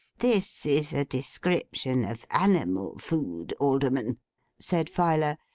this is a description of animal food, alderman said filer,